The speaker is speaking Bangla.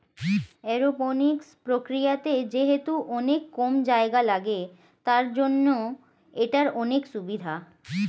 এরওপনিক্স প্রক্রিয়াতে যেহেতু অনেক কম জায়গা লাগে, তার জন্য এটার অনেক সুভিধা